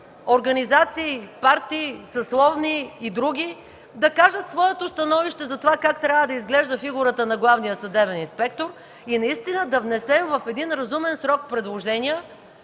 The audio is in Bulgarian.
организации, партии, съсловни и други да кажат своето становище как трябва да изглежда фигурата на главния съдебен инспектор, и да внесем в разумен срок предложения